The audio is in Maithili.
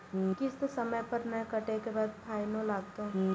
किस्त समय पर नय कटै के बाद फाइनो लिखते?